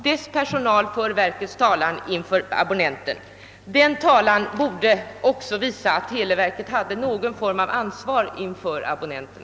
Dess personal för verkets talan inför abonnenten, men i denna talan borde man också visa att televerket har någon form av ansvar inför abonnenterna.